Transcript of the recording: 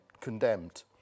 condemned